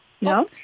No